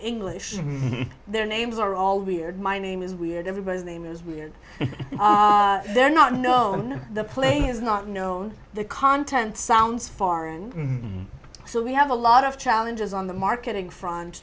english their names are all weird my name is weird everybody's name is weird they're not known the plane is not known the content sounds foreign so we have a lot of challenges on the marketing front